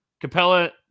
Capella